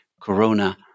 corona